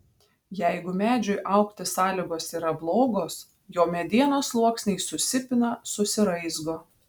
jeigu medžiui augti sąlygos yra blogos jo medienos sluoksniai susipina susiraizgo